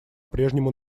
прежнему